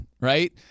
right